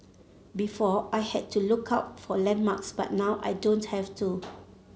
before I had to look out for landmarks but now I don't have to